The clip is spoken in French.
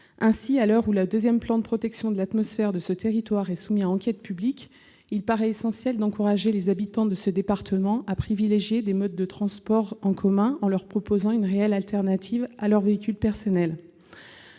Ainsi, à l'heure où le deuxième plan de protection de l'atmosphère de ce territoire est soumis à enquête publique, il paraît essentiel d'encourager les habitants du département à privilégier des modes de transport en commun en leur proposant une réelle alternative à l'utilisation de leur véhicule personnel.